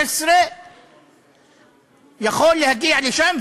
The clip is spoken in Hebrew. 16 יכול להגיע לשם,